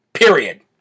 Period